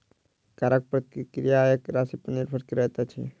करक प्रक्रिया आयक राशिपर निर्भर करैत अछि